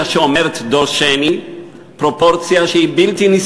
זאת פרופורציה שאומרת דורשני,